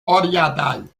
orientale